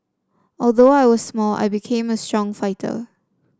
although I was small I became a strong fighter